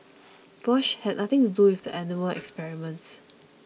Bosch had nothing to do with the animal experiments